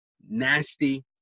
nasty